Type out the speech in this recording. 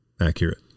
accurate